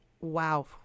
wow